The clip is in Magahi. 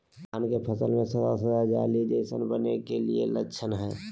धान के फसल में सादा सादा जाली जईसन बने के कि लक्षण हय?